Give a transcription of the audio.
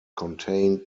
contained